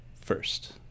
first